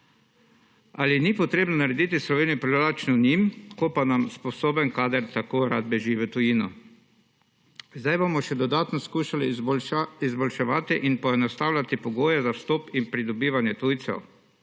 Ali ni treba narediti Slovenijo privlačno njim, ko pa nam sposoben kader tako rad beži v tujino? Zdaj bomo še dodatno skušali izboljševati in poenostavljati pogoje za vstop in prebivanje tujcev,